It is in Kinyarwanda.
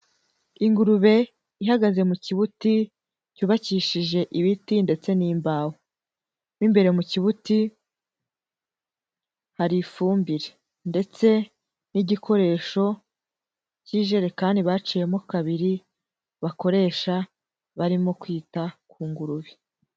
Ingurube ihagaze mu kibuti, cyubakishije ibiti ndetse n'imbaho. Mo imbere mu kibuti, hari ifumbire. Ndetse n'igikoresho, cy'ijerekani baciyemo kabiri, bakoresha barimo kwita ku ngurube.